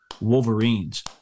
Wolverines